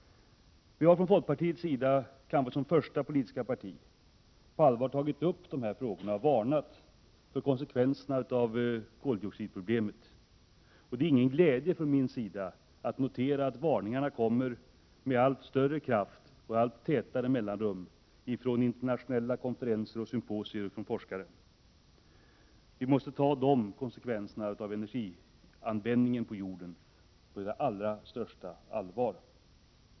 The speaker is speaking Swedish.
Folkpartiet har, kanske som första politiska parti, på allvar tagit upp dessa frågor och varnat för konsekvenserna av koldioxidproblemet. Det är inte med glädje jag noterar att varningarna nu kommer med allt större kraft och med allt tätare mellanrum från forskare, internationella konferenser och symposier. Vi måste ta konsekvenserna av en ökad användning av fossila bränslen på jorden på det allra största allvar.